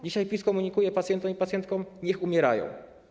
Dzisiaj PiS komunikuje pacjentkom i pacjentom: Niech umierają.